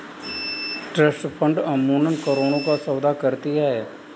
trust funds अमूमन करोड़ों का सौदा करती हैं